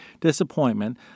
disappointment